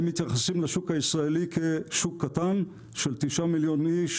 הם מתייחסים לשוק הישראלי כשוק קטן של 9 מיליון איש,